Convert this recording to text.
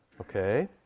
Okay